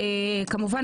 כמובן